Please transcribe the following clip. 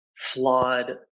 flawed